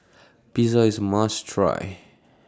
Pizza IS must Try